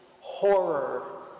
horror